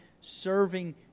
serving